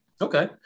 Okay